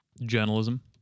Journalism